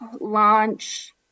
launch